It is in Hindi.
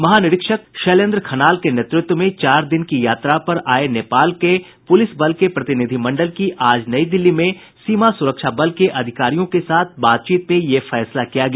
महानिरीक्षक शैलेंद्र खनाल के नेतृत्व में चार दिन की यात्रा पर आये नेपाल के सशस्त्र पुलिस बल के प्रतिनिधिमंडल की आज नई दिल्ली में सीमा सुरक्षा बल के अधिकारियों के साथ बातचीत में यह फैसला किया गया